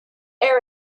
air